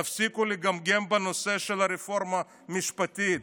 תפסיקו לגמגם בנושא של הרפורמה המשפטית.